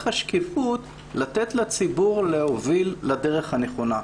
השקיפות לתת לציבור להוביל לדרך הנכונה,